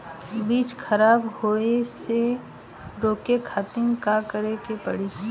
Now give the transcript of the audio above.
बीज खराब होए से रोके खातिर का करे के पड़ी?